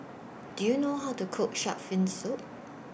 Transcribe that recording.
Do YOU know How to Cook Shark's Fin Soup